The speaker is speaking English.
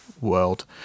world